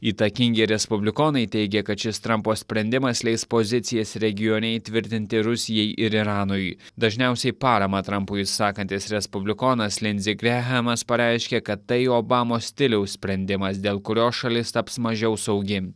įtakingi respublikonai teigia kad šis trampo sprendimas leis pozicijas regione įtvirtinti rusijai ir iranui dažniausiai paramą trampui išsakantis respublikonas lindzei grehamas pareiškė kad tai obamos stiliaus sprendimas dėl kurio šalis taps mažiau saugi